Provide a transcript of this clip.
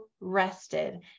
rested